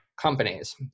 companies